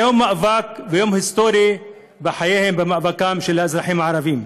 היה יום מאבק ויום היסטורי בחייהם ובמאבקם של האזרחים הערבים.